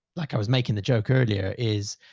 like i was making the joke earlier is,